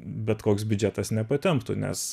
bet koks biudžetas nepatemptų nes